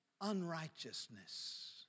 unrighteousness